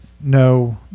No